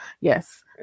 yes